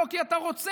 לא כי אתה רוצה,